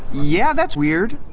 yeah, that's weird.